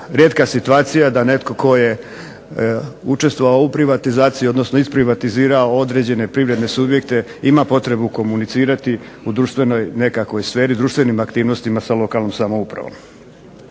rijetka situacija da netko tko je učestvovao u privatizaciji, odnosno isprivatizirao određene privredne subjekte, ima potrebu komunicirati u društvenoj nekakvoj sferi, društvenim aktivnostima sa lokalnom samoupravom.